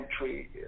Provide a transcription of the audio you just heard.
entry